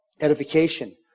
edification